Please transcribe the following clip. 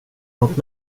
något